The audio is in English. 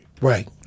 Right